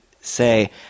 say